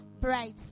bright